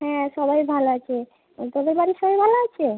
হ্যাঁ সবাই ভালো আছে এই তোদের বাড়ির সবাই ভালো আছে